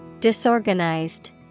Disorganized